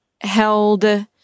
held